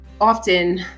Often